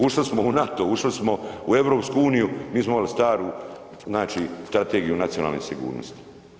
Ušli smo u NATO, ušli smo u EU mi smo imali staru Strategiju nacionalne sigurnosti.